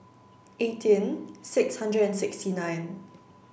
eighteen six hundred and sixty nine